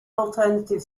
alternative